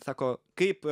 sako kaip